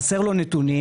חסרים לו נתונים,